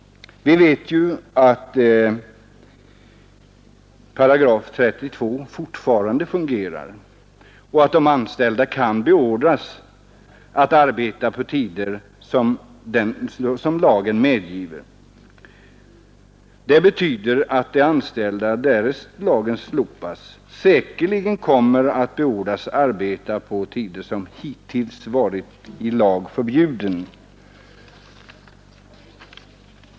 Vi vet ju att § 32 fortfarande fungerar och att de anställda kan beordras att arbeta på tider som lagen medger. Det betyder att de anställda, därest lagen slopas, säkerligen kommer att beordras arbeta på tider som hittills varit i lag förbjudna.